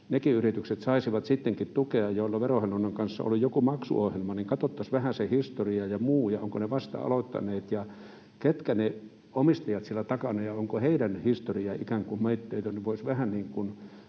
nekin yritykset saisivat sittenkin tukea, joilla Verohallinnon kanssa on joku maksuohjelma, niin katsottaisiin vähän sitä historiaa ja muuta ja sitä, ovatko ne vasta aloittaneet ja ketkä ne omistajat siellä takana ovat ja onko heidän historiansa ikään kuin moitteeton. Voisi vähän pohtia